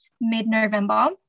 mid-November